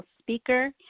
speaker